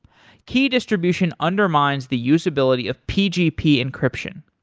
key distribution undermines the usability of pgp encryption.